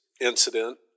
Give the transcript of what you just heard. incident